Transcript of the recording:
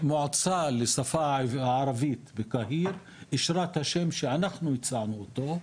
המועצה לשפה הערבית בקהיר אישרה את השם שאנחנו הצענו אותו,